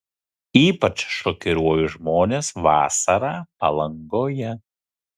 ypač šokiruoju žmones vasarą palangoje